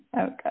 Okay